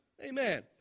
Amen